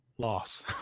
Loss